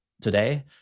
today